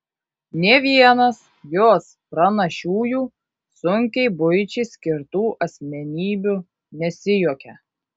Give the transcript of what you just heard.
nė vienas jos pranašiųjų sunkiai buičiai skirtų asmenybių nesijuokia